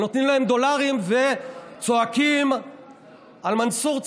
ונותנים להם דולרים וצועקים על מנסור.